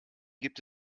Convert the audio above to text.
gibt